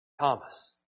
Thomas